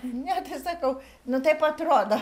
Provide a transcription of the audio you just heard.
ne tai sakau nu taip atrodo